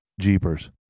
Jeepers